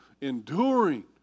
enduring